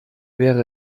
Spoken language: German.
wäre